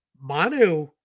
Manu